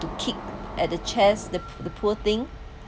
to kick at the chairs the the poor thing